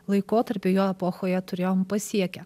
laikotarpiu jo epochoje turėjom pasiekę